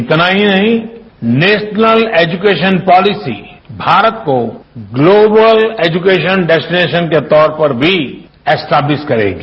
इतना ही नहीं नेशनल एजुकेशन पॉलिसी भारत को ग्लोबल एजुकेशन डेस्टीनेशन के तौर पर भी इस्टेब्लिस करेगी